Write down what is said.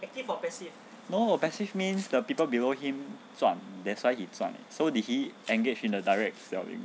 active or passive no passive means the people below him 赚 that's why he 赚 so did he engage in the direct selling